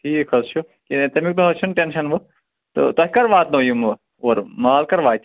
ٹھیٖک حظ چھُ ہے تٔمیٛک نَہ حظ چھُنہٕ ٹیٚنشَن وۄنۍ تہٕ توہہِ کَر واتہٕ نوٚو یِم وۄنۍ اورٕ مال کَر واتہِ